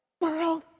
world